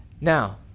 Now